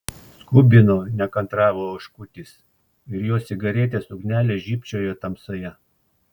skubino nekantravo oškutis ir jo cigaretės ugnelė žybčiojo tamsoje